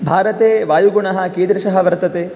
भारते वायुगुणः कीदृशः वर्तते